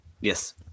Yes